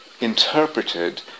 interpreted